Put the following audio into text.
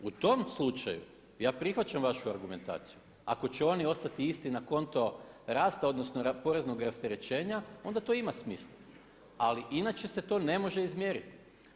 U tom slučaju ja prihvaćam vašu argumentaciju ako će oni ostati isti na konto rasta odnosno poreznog rasterećenja onda to ima smisla ali inače se to ne može izmjeriti.